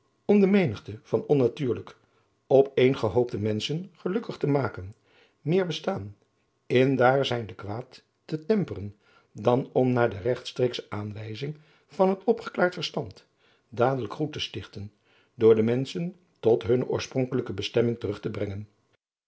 om de menigte van onnatuurlijk op een gehoopte menschen gelukkig te maken meer bestaan in het daar zijnde kwaad te temperen dan om naar de regtstreeksche aanwijzing van het opgeklaard verstand dadelijk goed te stichten door de menschen tot hunne oorspronkelijke bestemming terug te brengen